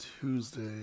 Tuesday